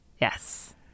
Yes